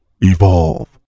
evolve